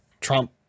Trump